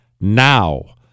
now